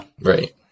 right